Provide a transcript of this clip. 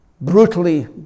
Brutally